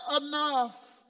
enough